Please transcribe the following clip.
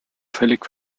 völlig